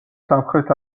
სამხრეთ